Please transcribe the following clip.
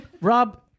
Rob